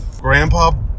Grandpa